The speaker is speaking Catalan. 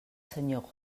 senyor